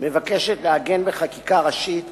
מבקשת לעגן בחקיקה ראשית את